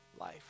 life